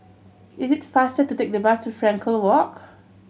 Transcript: it is faster to take the bus to Frankel Walk